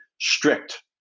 strict